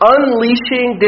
Unleashing